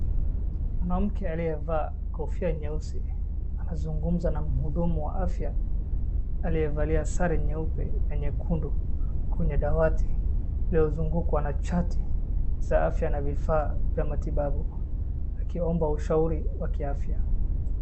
Mwanamke aliyevaa kofia nyeusi anazungumza na mhudumu wa afya aliyevalia sare nyeupe na nyekundu kwenye dawati iliozungukwa na chati za afya ba vifaa za matibabu akiomba ushauri wa kiafya.